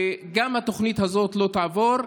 גם התוכנית הזאת לא תעבור,